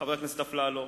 חבר הכנסת אפללו,